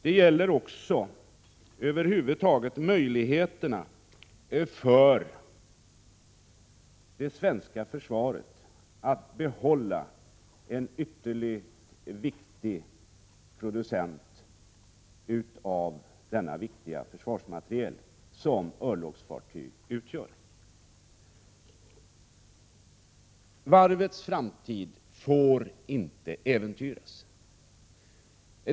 Den gäller att behålla en ytterligt viktig producent av den viktiga försvarsmateriel som örlogsfartyg utgör. Varvets framtid får inte äventyras.